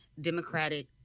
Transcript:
Democratic